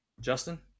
Justin